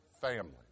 family